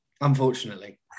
Unfortunately